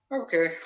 okay